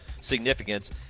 significance